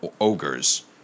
ogres